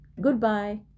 Goodbye